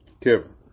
Kevin